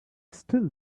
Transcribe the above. still